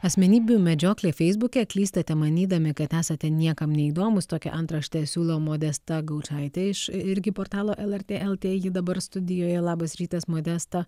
asmenybių medžioklė feisbuke klystate manydami kad esate niekam neįdomūs tokią antraštę siūlo modesta gaučaitė iš irgi portalo lrt lt ji dabar studijoje labas rytas modesta